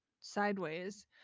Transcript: sideways